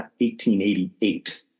1888